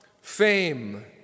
fame